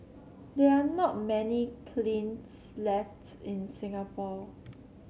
there are not many kilns lefts in Singapore